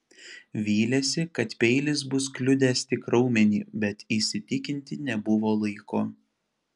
vylėsi kad peilis bus kliudęs tik raumenį bet įsitikinti nebuvo laiko